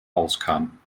auskamen